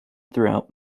throughout